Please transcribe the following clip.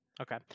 Okay